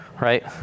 right